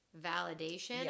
validation